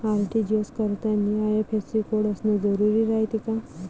RTGS करतांनी IFSC code असन जरुरी रायते का?